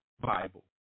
Bible